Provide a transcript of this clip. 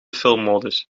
filmmodus